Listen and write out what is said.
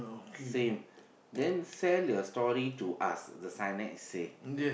same then sell your story to us the signage say